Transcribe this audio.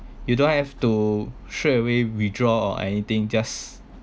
you don't have to straight away withdraw or anything just